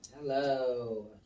Hello